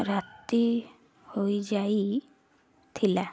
ରାତି ହୋଇଯାଇଥିଲା